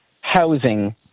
housing